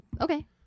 Okay